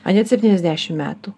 ar net septyniasdešimt metų